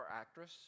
actress